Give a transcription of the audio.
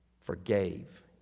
forgave